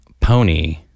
pony